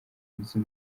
nzu